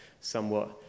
somewhat